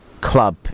club